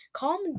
calm